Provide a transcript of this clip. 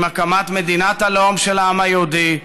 עם הקמת מדינת הלאום של העם היהודי,